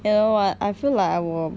you know what I feel like I will